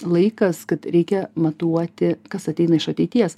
laikas kad reikia matuoti kas ateina iš ateities